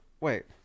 Wait